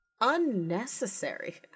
Unnecessary